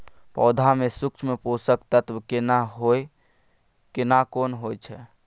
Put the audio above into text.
पौधा में सूक्ष्म पोषक तत्व केना कोन होय छै?